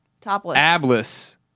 topless